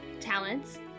talents